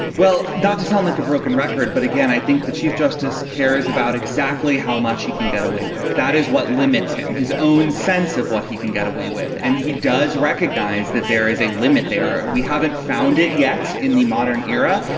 well, not to sound like a broken record. but again, i think the chief justice cares about exactly how much he can get away with. that is what limits him. his own sense of what he can get away with. and he does recognize that there is a limit there. we haven't found it yet in the modern era.